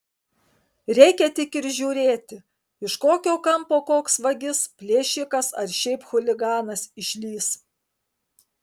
reikia tik ir žiūrėti iš kokio kampo koks vagis plėšikas ar šiaip chuliganas išlįs